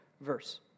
verse